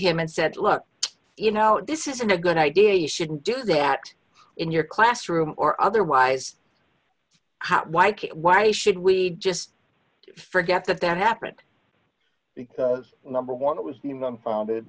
him and said look you know this isn't a good idea you shouldn't do that in your classroom or otherwise why kit why should we just forget that that happened because number one it was the mum founded